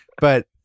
But-